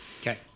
Okay